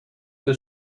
que